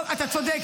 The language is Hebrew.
אתה צודק.